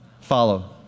Follow